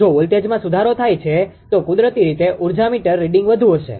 જો વોલ્ટેજમાં સુધારો થાય છે તો કુદરતી રીતે ઊર્જા મીટર રીડિંગ વધુ હશે